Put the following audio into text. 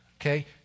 okay